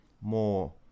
more